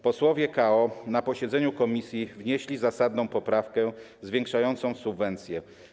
Posłowie KO na posiedzeniu komisji wnieśli zasadną poprawkę zwiększającą subwencję.